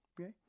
okay